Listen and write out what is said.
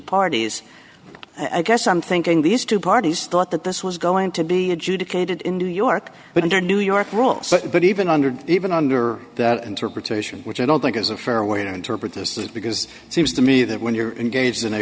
parties i guess i'm thinking these two parties thought that this was going to be adjudicated in new york but under new york rules but even under even under that interpretation which i don't think is a fair way to interpret this is because it seems to me that when you're engaged in a